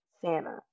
Santa